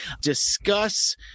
discuss